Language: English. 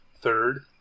Third